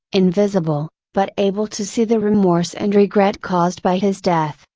invisible, but able to see the remorse and regret caused by his death,